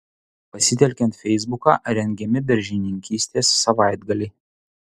pasitelkiant feisbuką rengiami daržininkystės savaitgaliai